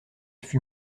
fut